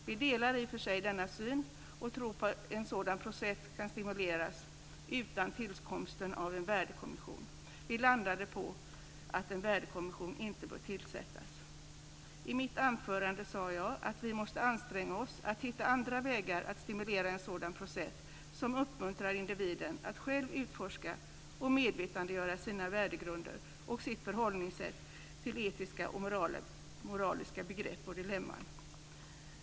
Vi delar i och för sig denna syn och tror att en sådan process kan stimuleras utan tillkomsten av en värdekommission. Vi landade då på att en värdekommission inte bör tillsättas. I mitt anförande sade jag att vi måste anstränga oss att hitta andra vägar att stimulera en sådan process, som uppmuntrar individen att själv utforska och medvetandegöra sina värdegrunder och sitt förhållningssätt till etiska och moraliska begrepp och dilemman.